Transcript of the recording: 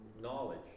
knowledge